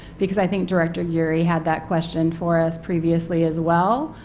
because i think director geary had that question for us previously as well.